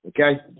okay